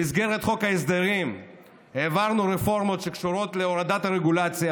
במסגרת חוק ההסדרים העברנו רפורמות שקשורות להורדת הרגולציה,